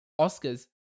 Oscars